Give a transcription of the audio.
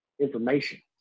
information